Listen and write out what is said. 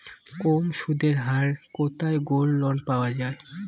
কম সুদের হারে কোথায় গোল্ডলোন পাওয়া য়ায়?